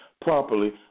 properly